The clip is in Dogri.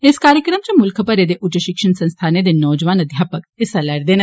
इस कार्यक्रम इच मुल्ख भरै दे उच्च शिक्षा संस्थानें दे नौजोआन अध्यापक हिस्सा लै'रदे न